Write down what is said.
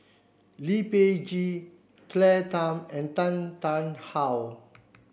Lee Peh Gee Claire Tham and Tan Tarn How